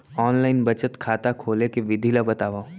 Online बचत खाता खोले के विधि ला बतावव?